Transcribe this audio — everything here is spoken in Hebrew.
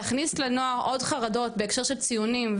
להכניס לנוער עוד חרדות בהקשר של ציונים,